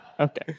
Okay